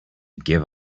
give